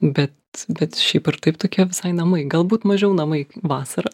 bet bet šiaip ar taip tokie visai namai galbūt mažiau namai vasarą